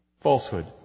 Falsehood